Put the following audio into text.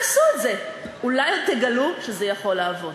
נסו את זה, אולי עוד תגלו שזה יכול לעבוד.